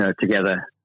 together